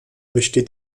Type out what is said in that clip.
besteht